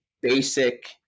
basic